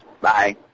bye